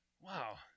Wow